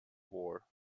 war